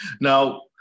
now